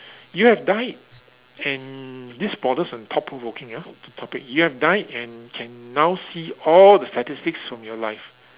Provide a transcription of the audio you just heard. you have died and this borders on thought provoking ah the topic you have died and can now see all the statistics from your life